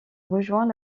rejoint